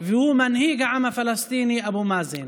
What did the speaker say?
והוא מנהיג העם הפלסטיני אבו מאזן.